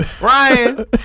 Ryan